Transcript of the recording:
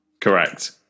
Correct